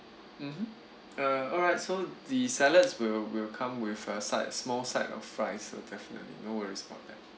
mmhmm uh alright so the salads will will come with a side small side of fries so definitely no worries about that